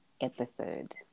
episode